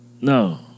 No